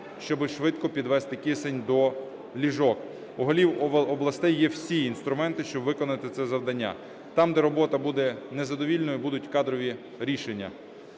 щоби швидко підвести кисень до ліжок. У голів областей є всі інструменти, щоб виконати це завдання. Там, де робота буде незадовільною, будуть кадрові рішення.